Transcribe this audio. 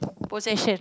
possession